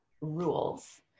rules